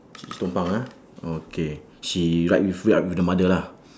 she's tumpang ah okay she ride with ride with the mother lah